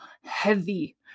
heavy